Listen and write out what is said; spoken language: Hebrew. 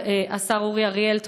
השר אורי אריאל,